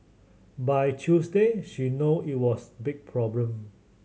by Tuesday she know it was big problem